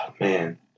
man